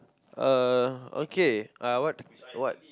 uh okay uh what what